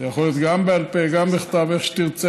זה יכול להיות גם בעל פה, גם בכתב, איך שתרצה.